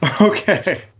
Okay